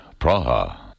Praha